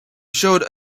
showed